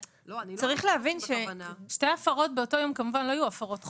צריך להבין ששתי הפרות באותו יום לא יהיו הפרות חוזרות.